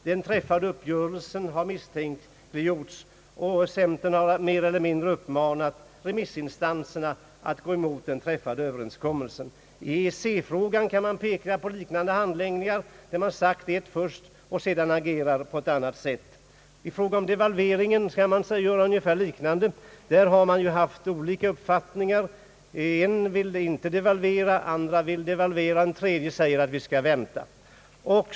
Den träffade uppgörelsen har misstänkliggjorts, och centern har mer eller mindre uppmanat remissinstanserna att gå emot den träffade överenskommelsen. I EEC-frågan kan man peka på liknande handläggningar, där man sagt eft först och sedan agerat på ett annat sätt. I fråga om devalveringen är det ungefär likadant. Där har man haft olika uppfattningar. En grupp vill inte devalvera, en annan vill devalvera, och en tredje grupp säger att man skall vänta.